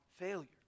failure